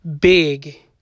big